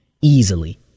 easily